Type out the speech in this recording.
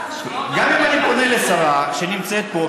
גם אם אני פונה לשרה שנמצאת פה,